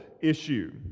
issue